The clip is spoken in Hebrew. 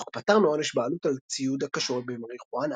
החוק פטר מעונש בעלות על ציוד הקשור במריחואנה.